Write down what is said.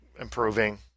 improving